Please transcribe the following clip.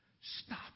Stop